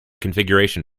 configuration